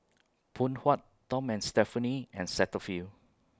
Phoon Huat Tom and Stephanie and Cetaphil